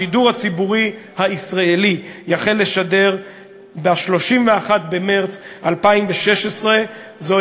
השידור הציבורי הישראלי יחל לשדר ב-31 במרס 2016. זו,